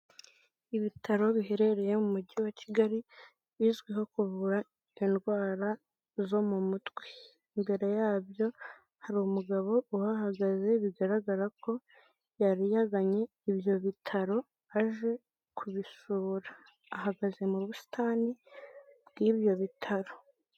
Ibitaro biherereye mu mujyi wa Kigali bizwiho kuvura indwara zo mu mutwe imbere yabyo hari umugabo uhahagaze bigaragara ko yari yagannye ibyo bitaro aje kubisura ahagaze mu busitani bw'ibyo bitaro.